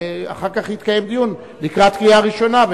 ואחר כך יתקיים דיון לקראת הקריאה הראשונה,